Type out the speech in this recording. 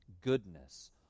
goodness